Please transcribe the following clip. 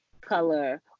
color